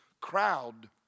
Crowd